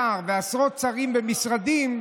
צריך להקפיד על נהלים ונוהג בכנסת.